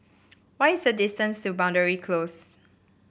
what is the distance to Boundary Close